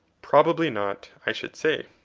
probably not, i should say.